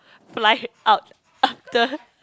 fly up after